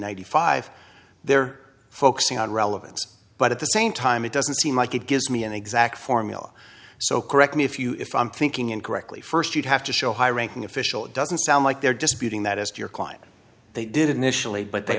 hundred five they're focusing on relevance but at the same time it doesn't seem like it gives me an exact formula so correct me if you if i'm thinking incorrectly first you'd have to show high ranking official it doesn't sound like they're disputing that as your client they did initially but they